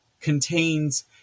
contains